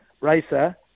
racer